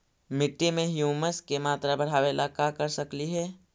मिट्टी में ह्यूमस के मात्रा बढ़ावे ला का कर सकली हे?